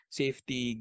safety